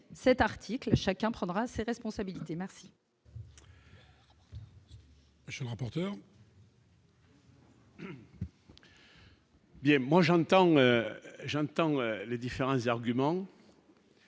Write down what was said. cet article, chacun prendra ses responsabilités, merci. Eh bien moi j'entends, j'entends les différents arguments.